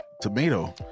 tomato